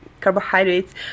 carbohydrates